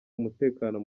umutekano